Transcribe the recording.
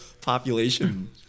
population